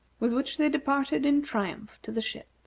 with which they departed in triumph to the ship.